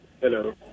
Hello